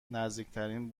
نزدیکترین